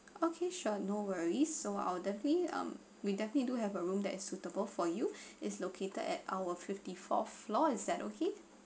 okay sure no worries so I'll definitely um we definitely do have a room that is suitable for you is located at our fifty four floor is that okay